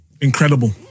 incredible